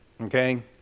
okay